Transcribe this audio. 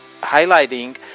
highlighting